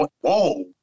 whoa